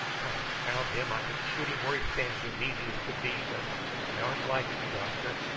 confound him! i could shoot him where he stands as easy as could be but i arn't like you, doctor,